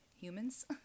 humans